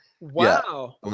wow